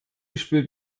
spielt